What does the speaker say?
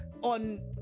on